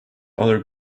other